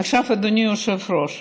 עכשיו, אדוני היושב-ראש,